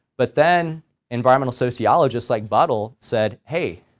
but then environmental sociologists like buttel said hey,